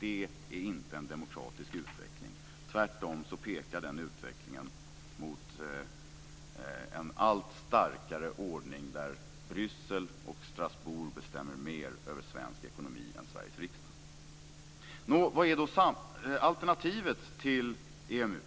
Detta är inte en demokratisk utveckling. Tvärtom pekar den utvecklingen mot en allt starkare ordning där Bryssel och Strasbourg bestämmer mer över svensk ekonomi än Sveriges riksdag. Nå, vad är då alternativet till EMU?